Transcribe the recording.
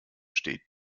steht